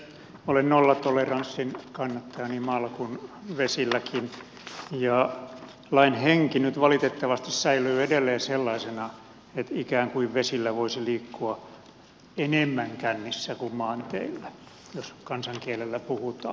olen nollatoleranssin kannattaja niin maalla kuin vesilläkin ja lain henki nyt valitettavasti säilyy edelleen sellaisena että ikään kuin vesillä voisi liikkua enemmän kännissä kuin maanteillä jos kansankielellä puhutaan